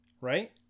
right